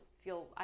feel